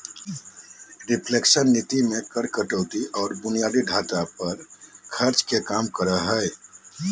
reflation नीति मे कर कटौती आर बुनियादी ढांचा पर खर्च के काम करो हय